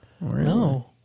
No